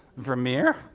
vermeer,